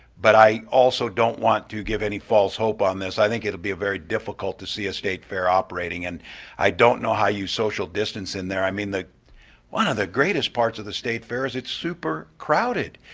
but i also don't want to give any false hope on this. i think it will be very difficult to see a state fair operating, and i don't know how you social distance in there. i mean, one of the greatest parts of the state fair is it's super crowded,